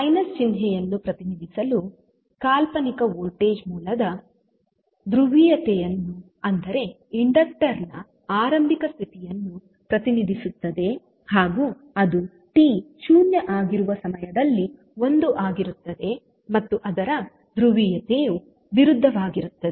minus ಚಿಹ್ನೆಯನ್ನು ಪ್ರತಿನಿಧಿಸಲು ಕಾಲ್ಪನಿಕ ವೋಲ್ಟೇಜ್ ಮೂಲದ ಧ್ರುವೀಯತೆಯನ್ನು ಅಂದರೆ ಇಂಡಕ್ಟರ್ ನ ಆರಂಭಿಕ ಸ್ಥಿತಿಯನ್ನು ಪ್ರತಿನಿಧಿಸುತ್ತದೆ ಹಾಗೂ ಅದು t 0 ಆಗಿರುವ ಸಮಯದಲ್ಲಿ 1 ಆಗಿರುತ್ತದೆ ಮತ್ತು ಅದರ ಧ್ರುವೀಯತೆಯು ವಿರುದ್ಧವಾಗಿರುತ್ತದೆ